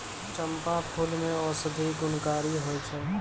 चंपा फूल मे औषधि गुणकारी होय छै